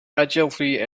ogilvy